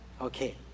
Okay